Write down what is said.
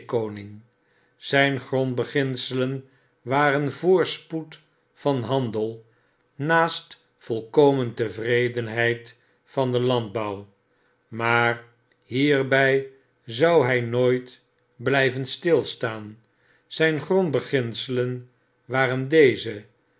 zyn grondbeginselen waren voorspoed van handel naast voikomen tevredenheid van den landbouw maar hierby zou hy nooit blijven stilstaan zyn grondbeginselen waren deze